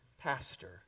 pastor